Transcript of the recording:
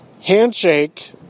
handshake